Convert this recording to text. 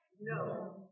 No